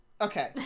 okay